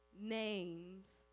names